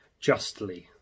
justly